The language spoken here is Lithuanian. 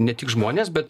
ne tik žmones bet